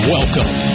Welcome